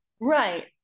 Right